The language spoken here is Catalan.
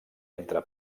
entre